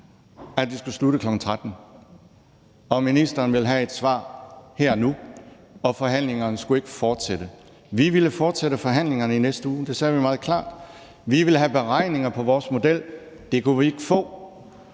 at det skulle slutte kl. 13, og ministeren ville have et svar her og nu, og forhandlingerne skulle ikke fortsætte. Vi ville fortsætte forhandlingerne i næste uge. Det sagde vi meget klart. Vi ville have beregninger på vores model, men det kunne vi ikke få.